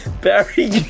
Barry